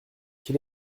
quel